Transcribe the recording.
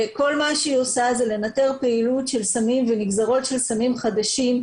וכל מה שהיא עושה זה לנטר פעילות של סמים ונגזרות של סמים חדשים,